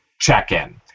check-in